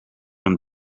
een